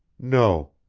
no,